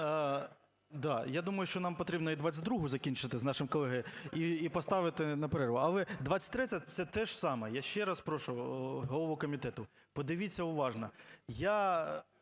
я думаю, що нам потрібно і 22-у закінчити з нашим колегою, і поставити на перерву. Але 23-я – це те ж саме. Я ще раз прошу голову комітету, подивіться уважно.